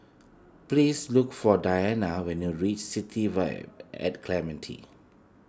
please look for Diana when you reach City Vibe at Clementi